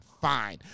fine